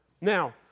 Now